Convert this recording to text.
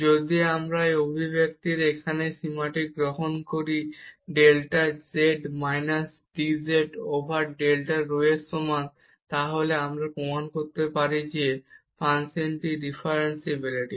যদি আমরা এই অভিব্যক্তির এখানে এই সীমাটি গ্রহণ করি delta z minus dz over delta rho এর সমান তাহলে আমরা প্রমাণ করতে পারি যে ফাংশনটি ডিফারেনশিবিলিটি